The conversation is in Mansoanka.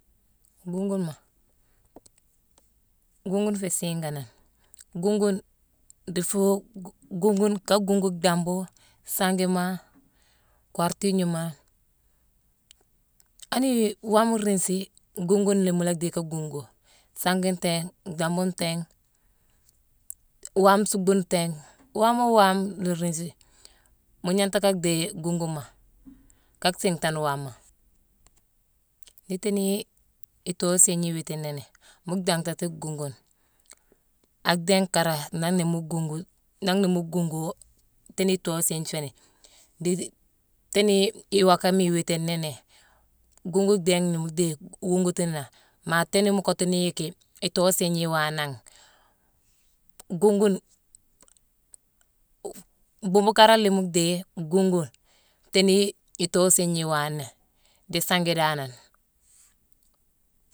Guuguma, guugune féé siiganane. Guugune dii fuu-gu-guugune ka guugu dambu, sangima, kuwartignama, ani waama riingsi, guunguna mu la déye ka guungu. Sangi ntéé, dambu ntéégh, waame nsuuckbu ntéégh. Waamo waame la riingsi, mu gnanghta ka dhéye guunguma ka siinghtane waama. Ndiiti nii itoo isini iwiitini ni, mhuu dhingtati guungune. Ak dhingh kara, nangh na mu guungu nangh na mu guungu tééni itoo isini nféé ni. Ndéri-tééni iwaakama iwiiti nini, guugune dhingh la mu déye wuugutune nangh. Maa tééni mu kottuni yicki itoo isini iwaa nangh, guungune, buubu kara la mu déye guugune tééni itoo isini iwaani dii sangi danane.